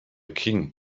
king